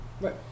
Right